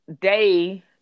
day